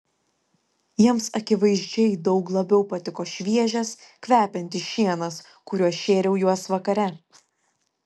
jiems akivaizdžiai daug labiau patiko šviežias kvepiantis šienas kuriuo šėriau juos vakare